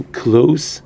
close